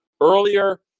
earlier